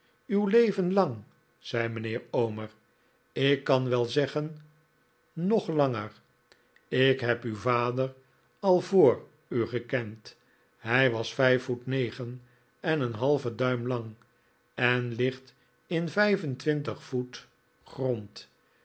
uw leven lang zei mijnheer omer ik kan wel zeggen nog langer ik heb uw vader al voor u gekend hij was vijf voet negen en een halven duim lang en ligt in vijf en twintig voet grond